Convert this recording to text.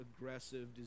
aggressive